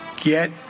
Get